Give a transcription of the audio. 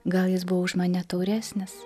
gal jis buvo už mane tauresnis